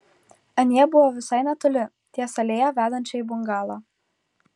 anie buvo visai netoli ties alėja vedančia į bungalą